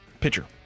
Pitcher